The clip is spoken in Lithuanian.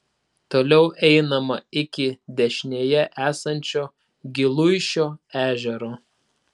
toliau einama iki dešinėje esančio giluišio ežero